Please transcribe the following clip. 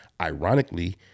Ironically